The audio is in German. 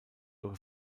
ihren